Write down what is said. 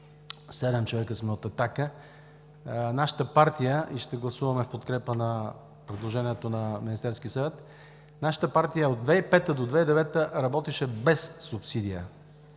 човека сме от „Атака“, и нашата партия ще гласуваме в подкрепа на предложението на Министерския съвет. Нашата партия от 2005-а до 2009 г. работеше без субсидия